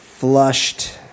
flushed